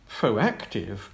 proactive